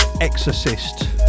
exorcist